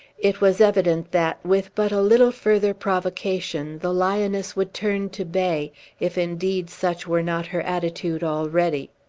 it was evident that, with but a little further provocation, the lioness would turn to bay if, indeed, such were not her attitude already.